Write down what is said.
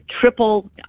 triple